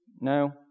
no